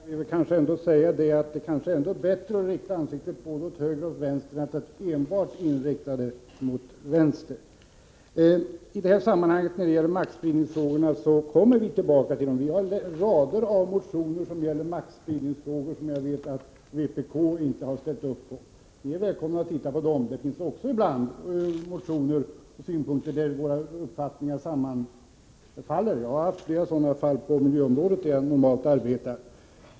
Herr talman! Jag vill ändå säga att det kanske är bättre att rikta ansiktet åt både höger och vänster än enbart åt vänster. Vi kommer tillbaka när det gäller maktspridningsfrågor. Vi har rader av motioner beträffande maktspridningsfrågor som jag vet att vpk inte har ställt upp på. Ni är välkomna att titta på dem. Det finns ibland motioner där våra uppfattningar och synpunkter sammanfaller. Jag har varit med om flera sådana fall på miljöområdet, där jag normalt arbetar.